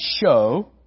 show